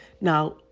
Now